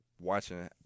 watching